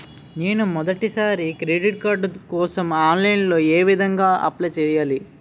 నేను మొదటిసారి credit card కోసం ఆన్లైన్ లో ఏ విధంగా అప్లై చేయాలి?